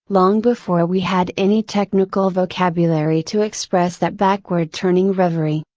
long before we had any technical vocabulary to express that backward turning reverie,